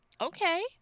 okay